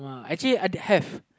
actually I'd have